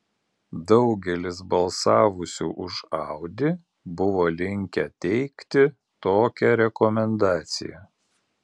daugelis balsavusių už audi buvo linkę teikti tokią rekomendaciją